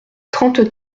trente